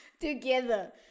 together